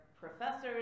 professors